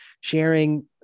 sharing